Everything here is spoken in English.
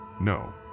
No